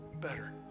better